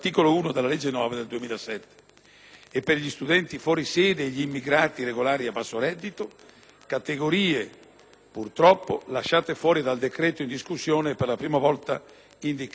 e per gli studenti fuori sede e gli immigrati regolari a basso reddito, categorie purtroppo lasciate fuori dal decreto in discussione e per la prima volta indicate quali beneficiarie.